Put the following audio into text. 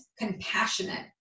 compassionate